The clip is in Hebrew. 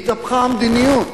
התהפכה המדיניות.